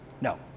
No